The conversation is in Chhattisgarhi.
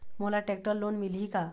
मोला टेक्टर लोन मिलही का?